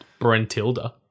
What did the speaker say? Brentilda